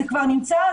זה כבר נמצא,